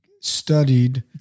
studied